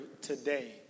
today